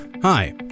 Hi